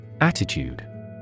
Attitude